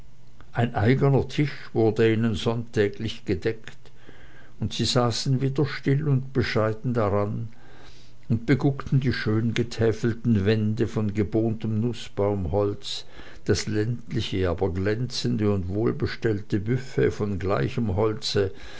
ein eigener tisch wurde ihnen sonntäglich gedeckt und sie saßen wieder still und bescheiden daran und beguckten die schön getäfelten wände von gebohntem nußbaumholz das ländliche aber glänzende und wohlbestellte buffet von gleichem holze